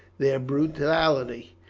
their brutality,